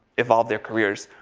evolve their careers?